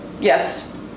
Yes